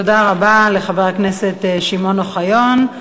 תודה רבה לחבר הכנסת שמעון אוחיון.